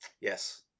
Yes